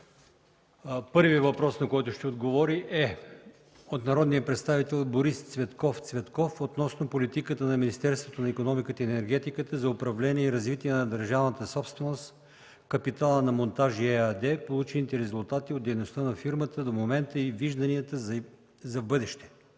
Първият въпрос, на който ще отговори, е от народния представител Борис Цветков Цветков относно политиката на Министерството на икономиката и енергетиката за управление и развитие на държавната собственост в капитала на „Монтажи“ ЕАД, получените резултати от дейността на фирмата до момента и вижданията за бъдеще.